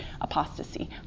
apostasy